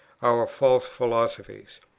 our false philosophies.